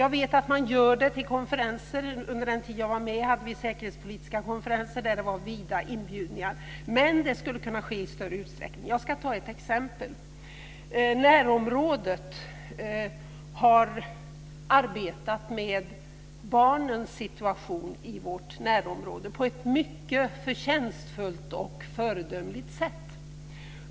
Jag vet att man gör det vid konferenser - under den tid jag var med hade vi säkerhetspolitiska konferenser där det var vida inbjudningar - men det skulle kunna ske i större utsträckning. Jag ska ta ett exempel. Närområdesutskottet har arbetat med barnens situation i vårt närområde på ett mycket förtjänstfullt och föredömligt sätt.